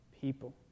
people